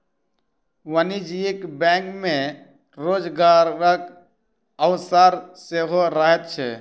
वाणिज्यिक बैंक मे रोजगारक अवसर सेहो रहैत छै